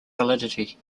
validity